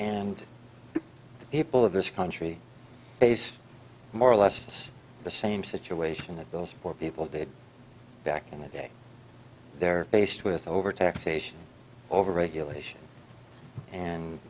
the people of this country face more or less the same situation that those poor people did back in the day they're faced with overtaxation overregulation and